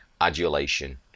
adulation